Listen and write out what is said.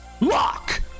Lock